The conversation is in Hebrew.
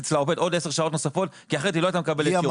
אצלה עובד בעוד 10 שעות נוספות כי אחרת היא לא הייתה מקבלת שירות.